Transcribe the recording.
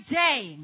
day